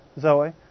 Zoe